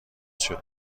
شدین